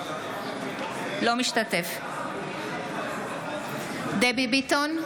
לא משתתף דבי ביטון,